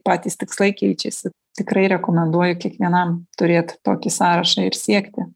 patys tikslai keičiasi tikrai rekomenduoju kiekvienam turėt tokį sąrašą ir siekti